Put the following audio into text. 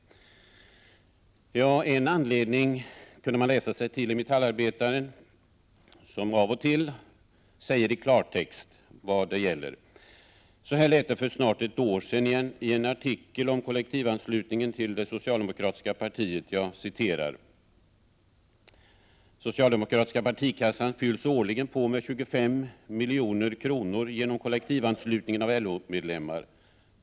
En anledning kunde man läsa sig till i Metallarbetaren i vilken det av och till i klartext sägs vad det gäller. Så här lät det för snart ett år sedan i en artikel om kollektivanslutningen till det socialdemokratiska partiet: Socialdemokratiska partikassan fylls årligen på med 25 milj.kr. genom kollektivanslutningen av LO-medlemmar.